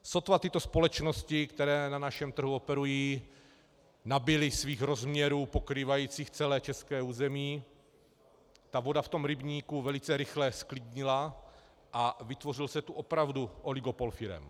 Sotva tyto společnosti, které na našem trhu operují, nabyly svých rozměrů pokrývajících celé české území, ta voda v tom rybníku velice rychle zklidnila a vytvořil se tu opravdu oligopol firem.